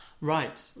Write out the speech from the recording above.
Right